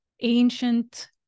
ancient